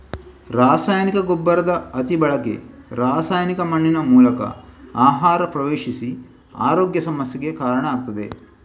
ರಾಸಾಯನಿಕ ಗೊಬ್ಬರದ ಅತಿ ಬಳಕೆ ರಾಸಾಯನಿಕ ಮಣ್ಣಿನ ಮೂಲಕ ಆಹಾರ ಪ್ರವೇಶಿಸಿ ಆರೋಗ್ಯ ಸಮಸ್ಯೆಗೆ ಕಾರಣ ಆಗ್ತದೆ